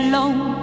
Alone